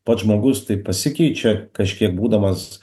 pats žmogus tai pasikeičia kažkiek būdamas